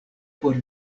por